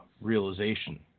realization